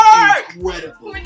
incredible